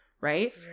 Right